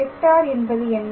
vector என்பது என்ன